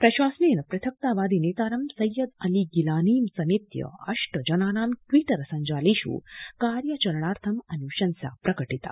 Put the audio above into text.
प्रशासनेन पृथक्तावादि नेतारं सैयद अली गिलानीं समेत्य अष्ट जनानां ट्वीटर सब्जालेष कार्याचरणार्थम् अनुशंसा प्रकटिता